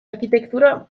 arkitektura